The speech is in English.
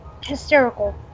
hysterical